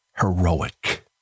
heroic